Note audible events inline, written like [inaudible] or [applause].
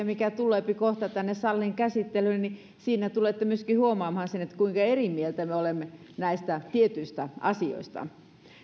[unintelligible] mikä tulee kohta tänne saliin käsittelyyn tulette huomaamaan myöskin sen kuinka eri mieltä me olemme näistä tietyistä asioista